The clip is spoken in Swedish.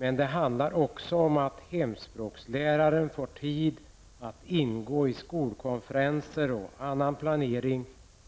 Men det handlar också om att hemspråksläraren får tid till att ingå i skolkonferenser och delta i planeringen